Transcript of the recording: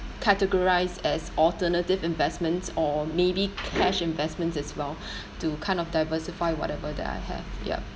categorise as alternative investments or maybe cash investments as well to kind of diversify whatever that I have yup